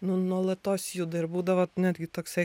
nu nuolatos juda ir būdavo netgi toksai